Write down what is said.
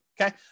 okay